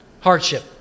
hardship